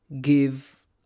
give